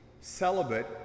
celibate